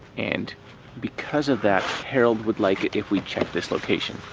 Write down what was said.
and because of that, harold would like it if we checked this location.